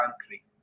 country